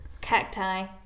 Cacti